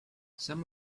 some